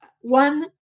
one